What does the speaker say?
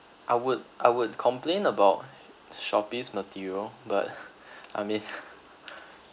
I would I would complain about Shopee's material but I mean